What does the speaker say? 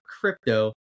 crypto